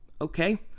Okay